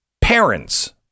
parents